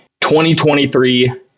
2023